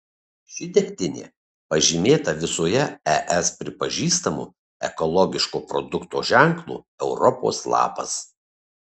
ši degtinė pažymėta visoje es pripažįstamu ekologiško produkto ženklu europos lapas